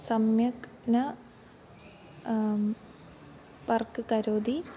सम्यक् न पर्क् करोति